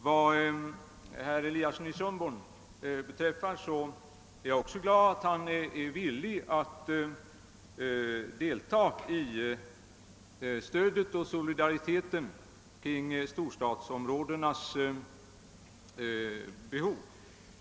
Vad herr Eliasson i Sundborn beträffar är jag glad över att han vill solidarisera sig med storstadsområdenas behov.